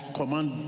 command